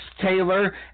Taylor